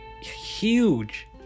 huge